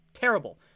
Terrible